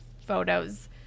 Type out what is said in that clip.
photos